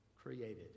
created